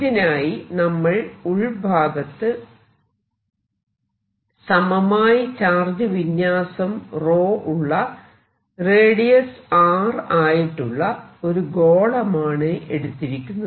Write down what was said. ഇതിനായി നമ്മൾ ഉൾഭാഗത്ത് സമമായി ചാർജ് വിന്യാസം ഉള്ള റേഡിയസ് R ആയിട്ടുള്ള ഒരു ഗോളമാണ് എടുത്തിരിക്കുന്നത്